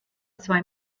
zwei